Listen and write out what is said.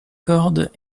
cordes